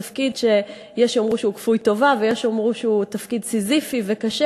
תפקיד שיש שיאמרו שהוא כפוי טובה ויש שיאמרו שהוא תפקיד סיזיפי וקשה,